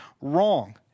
wrong